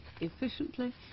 efficiently